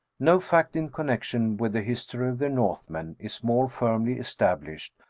no fact in connection with the history of the north men is more firmly established,